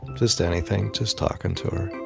just anything. just talking to her